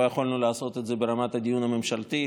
לא יכולנו לעשות את זה ברמת הדיון הממשלתי,